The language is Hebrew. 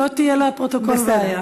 שלא תהיה לפרוטוקול בעיה.